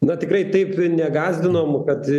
na tikrai taip negąsdinom kad